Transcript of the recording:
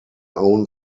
own